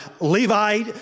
Levi